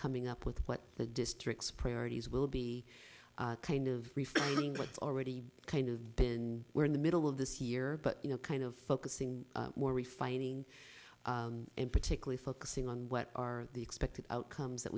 coming up with what the districts priorities will be kind of reflecting what's already kind of been there in the middle of this year but you know kind of focusing more refining and particularly focusing on what are the expected outcomes that